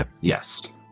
Yes